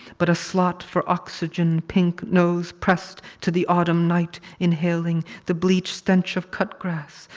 but a slot for oxygen pink nose pressed to the autumn night inhaling the bleached-stench of cut grass,